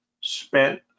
spent